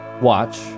watch